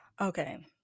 Okay